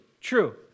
true